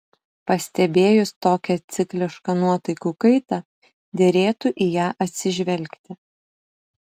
pastebėjus tokią ciklišką nuotaikų kaitą derėtų į ją atsižvelgti